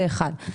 זה אחת.